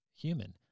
human